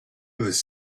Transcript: was